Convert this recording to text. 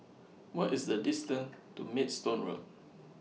What IS The distance to Maidstone Road